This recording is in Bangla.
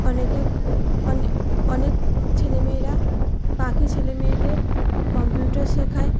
অনেকে অনেক ছেলেমেয়েরা বাকি ছেলেমেয়েদের কম্পিউটার শেখায়